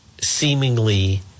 seemingly